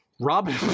Robin